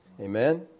Amen